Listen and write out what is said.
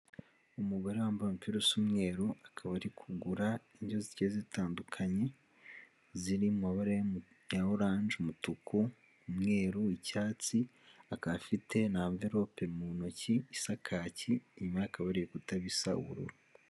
Umugore wambaye umupira usa umweru, akaba ari kugura indyo zigiye zitandukanye, ziri mu mabara ya oranje, umutuku, umweru, icyatsi, akaba afite n'amverope mu ntoki isa kaki inyuma ye hakaba hari ibikuta bisa ubururu.